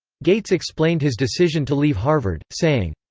gates explained his decision to leave harvard, saying.